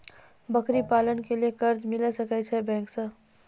बकरी पालन के लिए कर्ज मिल सके या बैंक से?